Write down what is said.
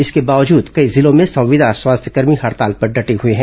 इसके बावजूद कई जिलों में संविदा स्वास्थ्य कर्मी हड़ताल पर डटे हुए हैं